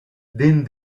din